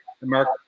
Mark